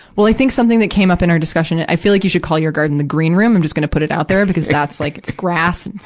well, i think something that came up in our discussion i feel like you should call your garden the green room. i'm just gonna put it out there, because that's, like, it's grass.